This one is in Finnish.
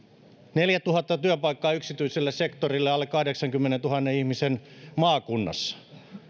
neljätuhatta työpaikkaa yksityiselle sektorille alle kahdeksankymmenentuhannen ihmisen maakunnassa